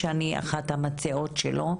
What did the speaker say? שאני אחת המציעות שלו,